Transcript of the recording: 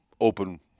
open